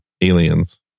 aliens